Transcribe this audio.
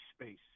space